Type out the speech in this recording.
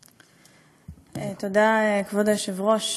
תודה, כבוד היושב-ראש.